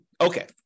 Okay